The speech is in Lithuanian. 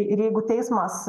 ir jeigu teismas